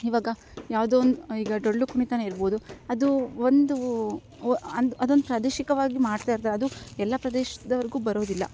ಇವಾಗ ಯಾವುದೋ ಒಂದು ಈಗ ಡೊಳ್ಳು ಕುಣಿತವೇ ಇರ್ಬೋದು ಅದೂ ಒಂದು ಒ ಅಂದು ಅದೊಂದು ಪ್ರಾದೇಶಿಕವಾಗಿ ಮಾಡ್ತಾಯಿರ್ತಾರೆ ಅದು ಎಲ್ಲ ಪ್ರದೇಶದವ್ರ್ಗು ಬರೋದಿಲ್ಲ